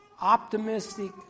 optimistic